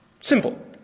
Simple